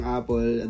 Apple